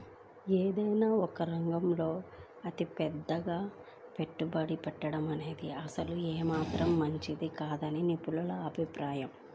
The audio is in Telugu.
ఏదైనా ఒకే రంగంలో అతిగా పెట్టుబడి పెట్టడమనేది అసలు ఏమాత్రం మంచిది కాదని నిపుణుల అభిప్రాయం